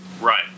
Right